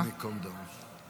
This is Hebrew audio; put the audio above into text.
השם ייקום דמו.